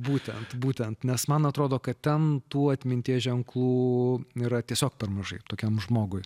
būtent būtent nes man atrodo kad tam tų atminties ženklų yra tiesiog per mažai tokiam žmogui